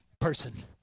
person